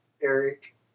Eric